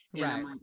Right